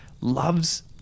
loves